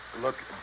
Look